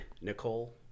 Nicole